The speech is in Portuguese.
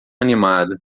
animada